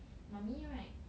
mummy right